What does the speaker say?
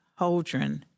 Holdren